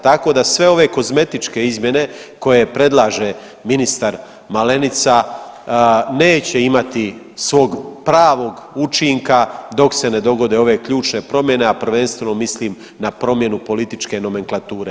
Tako da sve ove kozmetičke izmjene koje predlaže ministar Malenica neće imati svog pravog učinka dok se ne dogode ove ključne promjene, a prvenstveno mislim na promjenu političke nomenklature.